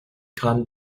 grammes